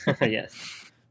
Yes